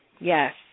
Yes